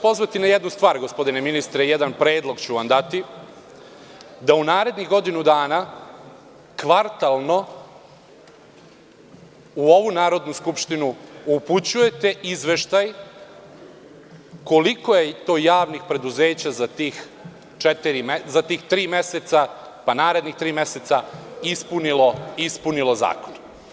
Pozvaću vas na jednu stvar, gospodine ministre, jedan predlog ću vam dati, da u narednih godinu dana kvartalno u Narodnu skupštinu upućujete izveštaj koliko je to javnih preduzeća za tih tri meseca, pa narednih tri meseca, ispunilo zakon.